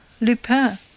Lupin